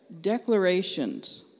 Declarations